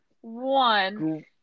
one